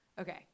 Okay